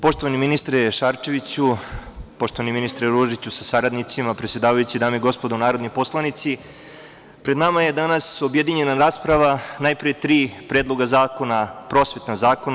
Poštovani ministre Šarčeviću, poštovani ministre Ružiću sa saradnicima, predsedavajući, dame i gospodo narodni poslanici, pred nama je danas objedinjena rasprava, najpre tri predloga zakona, prosvetna zakona.